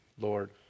Lord